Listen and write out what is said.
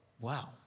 Wow